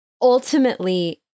Ultimately